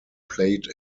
played